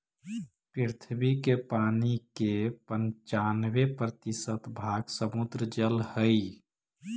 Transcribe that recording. पृथ्वी के पानी के पनचान्बे प्रतिशत भाग समुद्र जल हई